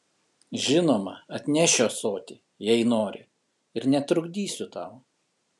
žinoma atnešiu ąsotį jei nori ir netrukdysiu tau